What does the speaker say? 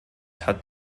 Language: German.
hat